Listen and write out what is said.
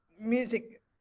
music